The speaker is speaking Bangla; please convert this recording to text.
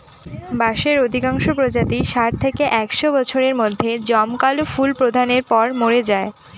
বাঁশের অধিকাংশ প্রজাতিই ষাট থেকে একশ বছরের মধ্যে জমকালো ফুল প্রদানের পর মরে যায়